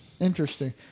Interesting